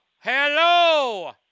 Hello